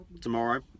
tomorrow